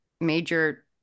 major